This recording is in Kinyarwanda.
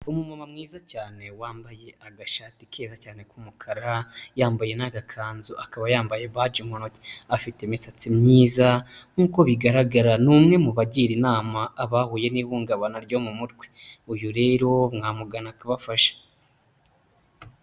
Umumama mwiza cyane wambaye agashati keza cyane k'umukara, yambaye n'agakanzu, akaba yambaye baji mu ntoki, afite imisatsi myiza, nk'uko bigaragara ni umwe mu bagira inama abahuye n'ihungabana ryo mu mutwe, uyu rero mwamugana akabafasha.